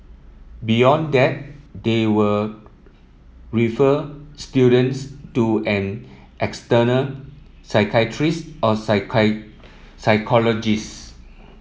beyond that they will refer students to an external psychiatrist or psychologist